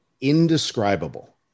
indescribable